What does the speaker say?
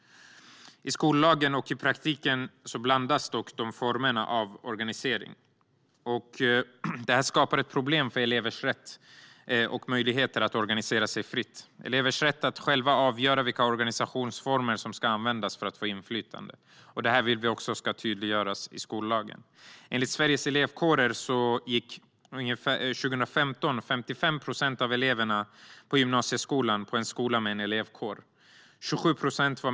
I skollagen och i praktiken blandas dock de olika formerna för organisering ihop. Detta skapar problem för elevers rätt och möjligheter att organisera sig fritt. Vi vill att elevers rätt att själva avgöra vilka organisationsformer som ska användas för att få inflytande ska tydliggöras i skollagen. Enligt Sveriges Elevkårer gick 55 procent av eleverna i gymnasieskolan på en skola med en elevkår 2015.